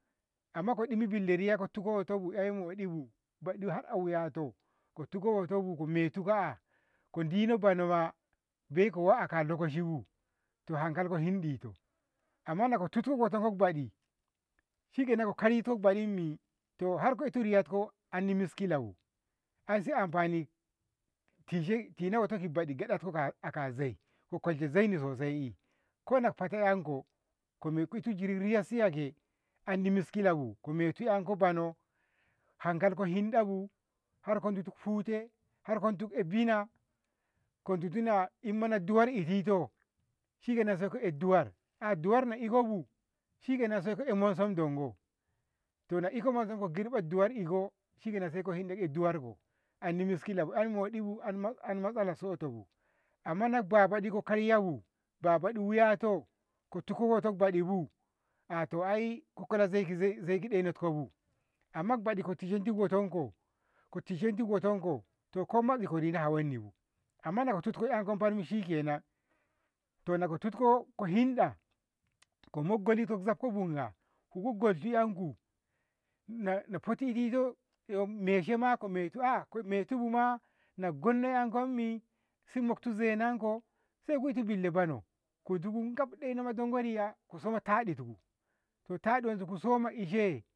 amma ko dimi billa riya ko tuko wotobu ai moɗibu boɗi hadda wuyato ko tuko wutobu ko metuba ko dino banoma bai kowa aka lokoshibu to harkolko hinɗito amma nako tutti wutonku baɗi shikenan ko karito baninmi to harko itu riyatko andi miskila bu ansi amfani kishe tina woto kiɓeɗi gedatko akaa zai ko kolshe zaini sosai kona kode enkoh kometu ki riyassiya andi miskilabu ko metu 'yanko bono hankalko hinɗabu har kodittu hute harko duk eh bina ko dittuna mana duwar izito shikenan saiko eh duwar, ah duwar na ikobu shikenan saiko eh monsum ndongo to nako iko monsum saiko girba duwar iko shikenan saiko eh duwarko andi miskilabu anmoɗibu an masalassoto bu, amma na babaɗi iko karyabu ba baɗi wuyato ko tiko wuto baɗibu ahto ai ka kola zai- zai ɗenotkobu amma baɗi iko tishenti wotonko, ko tishenti wutonko to komako rina hawonnibu amma nako titko bami shikenan tona ko titko ko hinɗa na hoto ito eh meshema ko metu aa ko metubu ma nagonno enkomi si mokti zenonko saikuti billa bono kudubu gafɗeno dengo riya ku soma taɗi, to taɗi wanse ku soma ishe